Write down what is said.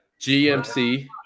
GMC